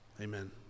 amen